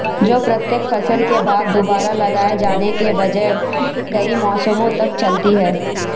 जो प्रत्येक फसल के बाद दोबारा लगाए जाने के बजाय कई मौसमों तक चलती है